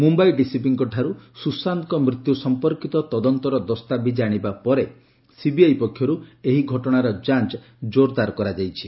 ମୁମ୍ୟାଇ ଡିସିପିଙ୍କଠାରୁ ସୁଶାନ୍ତଙ୍କ ମୃତ୍ୟୁ ସମ୍ପର୍କିତ ତଦନ୍ତର ଦସ୍ତାବିଜ୍ ଆଣିବା ପରେ ସିବିଆଇ ପକ୍ଷର୍ ଏହି ଘଟଣାର ଯାଞ୍ଚ୍ ଜୋର୍ଦାର୍ କରାଯାଇଛି